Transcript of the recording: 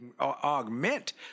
augment